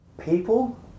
people